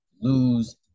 lose